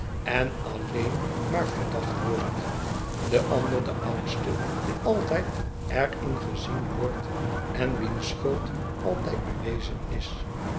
en alleen maar verdacht wordt de ander de oudste die altijd er in gezien wordt en wiens schuld altijd bewezen is